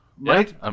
Right